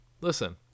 Listen